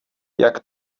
jak